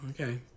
okay